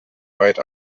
weit